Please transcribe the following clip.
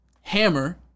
hammer